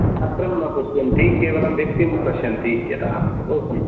पात्रं न पश्यन्ति केवलं व्यक्तिं पश्यन्ति इत्यतः बहु समीचिनं